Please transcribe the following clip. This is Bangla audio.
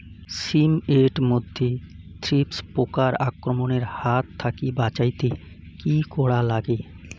শিম এট মধ্যে থ্রিপ্স পোকার আক্রমণের হাত থাকি বাঁচাইতে কি করা লাগে?